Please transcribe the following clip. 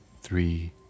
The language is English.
three